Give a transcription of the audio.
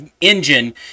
engine